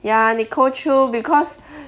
ya nicole choo because